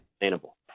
sustainable